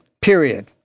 period